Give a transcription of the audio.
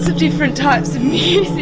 different types